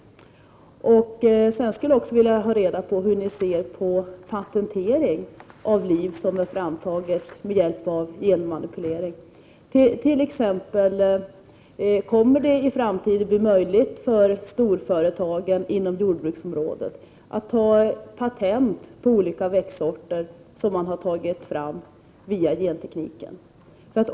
Vidare skulle jag vilja ha reda på hur man från regeringens sida ser på patentering av sådana liv som är framtagna med hjälp av genmanipulering. Kommer det att i framtiden bli möjligt för storföretag inom jordbruksområdet att ta patent på olika växtsorter som har tagits fram via genteknik?